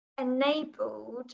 enabled